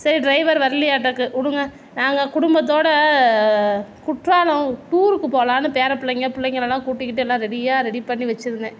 சரி ட்ரைவர் வரலையாட்டுக்கு விடுங்க நாங்கள் குடும்பத்தோடு குற்றாலம் டூருக்கு போகலான்னு பேரப் பிள்ளைங்க பிள்ளைங்களலாம் கூட்டிகிட்டு எல்லாம் ரெடியாக ரெடி பண்ணி வச்சுருந்தேன்